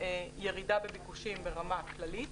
ירידה בביקושים ברמה הכללית,